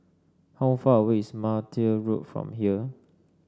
how far away is Martia Road from here